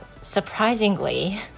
surprisingly